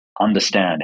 understand